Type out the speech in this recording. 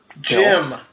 Jim